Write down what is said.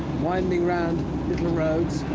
winding round little roads.